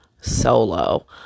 solo